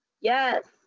Yes